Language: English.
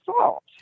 salt